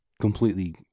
completely